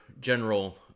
General